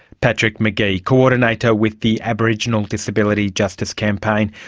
patrick mcgee, coordinator with the aboriginal disability justice campaign.